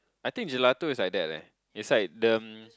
I think gelato is like that leh beside them